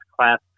class